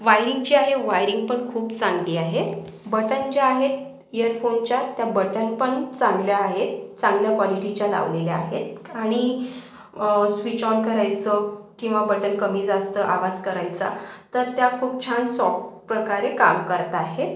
wiring जे आहे wiring पण खूप चांगली आहे बटन जे आहेत इयरफोनच्या त्या बटन पण चांगल्या आहेत चांगल्या कॉलिटीच्या लावलेल्या आहेत आणि स्विच ऑन करायचं किंवा बटन कमी जास्त आवाज करायचा तर त्या खूप छान सॉप प्रकारे काम करत आहेत